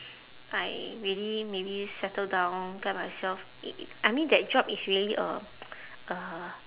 I really really settle down tell myself i~ I mean that job is really a a